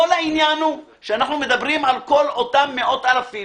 כל העניין הוא שאנחנו מדברים על כל אותם מאות אלפים